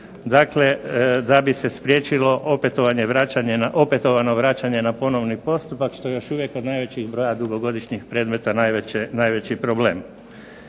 opetovanje, vraćanje na, opetovano vraćanje na ponovni postupak što je još uvijek od najvećih broja dugogodišnjih predmeta najveći problem.